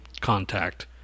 contact